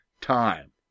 time